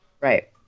right